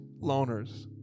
loners